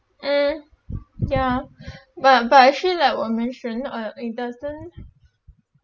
mm yeah but but I feel like what mentioned uh it doesn't